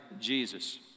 Jesus